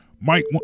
Mike